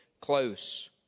close